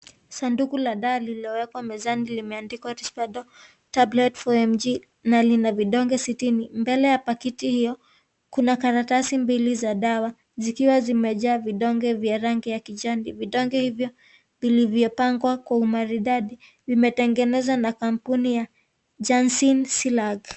Sanduku la dawa lililowekwa mezani imeandikwa "Despado tablets 4mg" na lina vidonge sitini. Mbele ya pakiti hiyo kuna karatasi mbili za dawa zikiwa zimejaa vidonge vya rangi ya kijani. Vidonge hivyo vilivyopangwa kwa umaridadi vimetengenezwa na kampuni ya Jancin Celac.